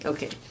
Okay